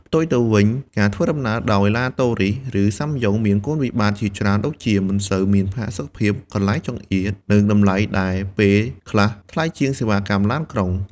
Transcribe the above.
ផ្ទុយទៅវិញ ការធ្វើដំណើរដោយឡានតូរីស ឬសាំយ៉ុងមានគុណវិបត្តិជាច្រើនដូចជា មិនសូវមានផាសុកភាព កន្លែងចង្អៀត និងតម្លៃដែលពេលខ្លះថ្លៃជាងសេវាកម្មឡានក្រុង។